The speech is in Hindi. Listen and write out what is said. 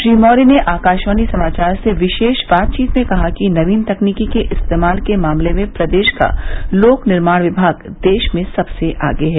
श्री मौर्य ने आकाशवाणी समाचार से विशेष बातचीत में कहा कि नवीन तकनीकी के इस्तेमाल के मामले में प्रदेश का लोक निर्माण विमाग देश में सबसे आगे है